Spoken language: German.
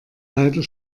leider